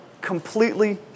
completely